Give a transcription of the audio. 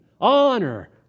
honor